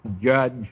judge